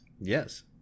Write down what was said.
Yes